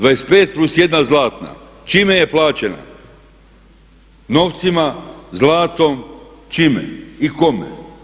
25+1 zlatna, čime je plaćena novcima, zlatom, čime i kome?